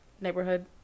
neighborhood